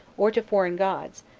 or to foreign gods,